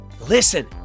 Listen